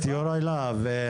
הכנסת יוראי להב,